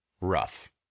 rough